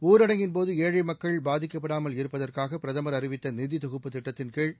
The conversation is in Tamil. ஊரடங்கின்போது ஏழை மக்கள் பாதிக்கப்படாமல் இருப்பதற்காக பிரதமர் அறிவித்த நிதி தொகுப்பு திட்டத்தின்கீழ்